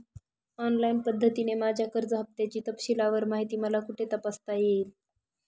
Online पद्धतीने माझ्या कर्ज हफ्त्याची तपशीलवार माहिती मला कुठे तपासता येईल?